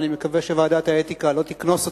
אבל אני מקווה שוועדת האתיקה לא תקנוס אותי,